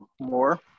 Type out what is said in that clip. more